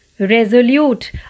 Resolute